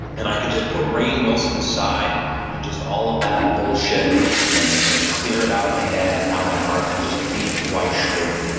and i could just put rainn wilson aside and just all of that bullshit and and clear it out of my head and out of my heart and just be dwight schrute.